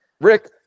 Rick